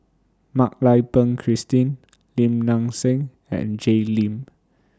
Mak Lai Peng Christine Lim Nang Seng and Jay Lim